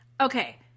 Okay